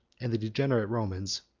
and the degenerate romans,